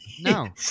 no